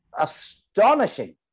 astonishing